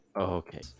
okay